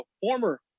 former